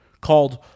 Called